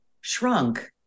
shrunk